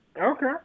Okay